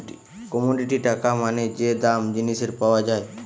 commodity টাকা মানে যে দাম জিনিসের পাওয়া যায়